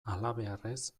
halabeharrez